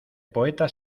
poeta